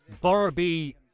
Barbie